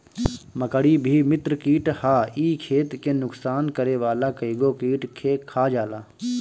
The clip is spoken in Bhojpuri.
मकड़ी भी मित्र कीट हअ इ खेत के नुकसान करे वाला कइगो कीट के खा जाला